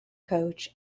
coach